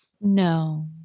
No